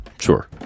sure